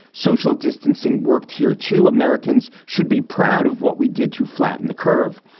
social distancing worked here to americans. should be proud of what we did to flatten the curve.